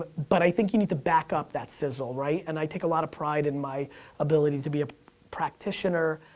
but i think you need to back up that sizzle, right? and i take a lot of pride in my ability to be a practitioner,